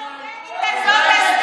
עשתה,